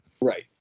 Right